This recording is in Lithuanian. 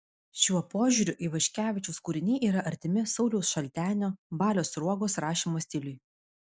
šiuo požiūriu ivaškevičiaus kūriniai yra artimi sauliaus šaltenio balio sruogos rašymo stiliui